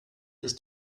ist